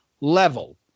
level